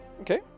Okay